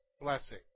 blessing